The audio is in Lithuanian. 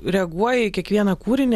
reaguoja į kiekvieną kūrinį